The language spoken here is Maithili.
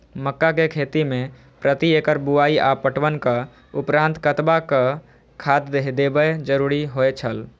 मक्का के खेती में प्रति एकड़ बुआई आ पटवनक उपरांत कतबाक खाद देयब जरुरी होय छल?